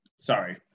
Sorry